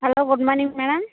hello good morning ma'am